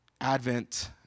Advent